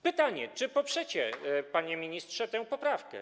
Pytanie: Czy poprzecie, panie ministrze, tę poprawkę?